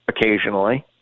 occasionally